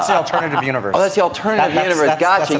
so alternative universe. oh it's the alternative universe, got you,